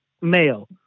male